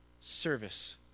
Service